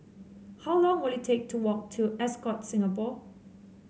how long will it take to walk to Ascott Singapore